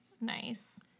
nice